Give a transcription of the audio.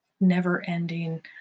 never-ending